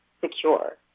secure